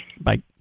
Bye